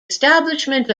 establishment